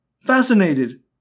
Fascinated